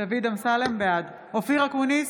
אופיר אקוניס,